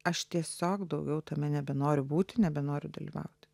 aš tiesiog daugiau tame nebenoriu būti nebenori dalyvauti